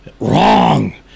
Wrong